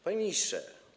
Panie ministrze.